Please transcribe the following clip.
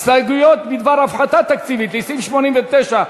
הסתייגויות בדבר הפחתה תקציבית לסעיף 89,